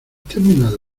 terminado